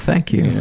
thank you.